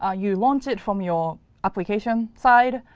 ah you launch it from your application side.